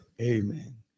Amen